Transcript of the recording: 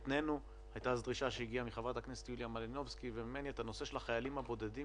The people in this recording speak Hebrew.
התנינו את זה בנושא של החיילים הבודדים